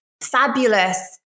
fabulous